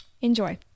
Enjoy